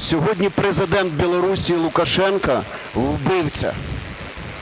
Сьогодні Президент Білорусі Лукашенко – вбивця.